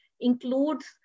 includes